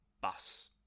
bus